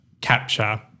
capture